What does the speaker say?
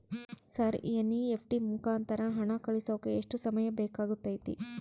Sir NEFT ಮುಖಾಂತರ ಹಣ ಕಳಿಸೋಕೆ ಎಷ್ಟು ಸಮಯ ಬೇಕಾಗುತೈತಿ?